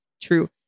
true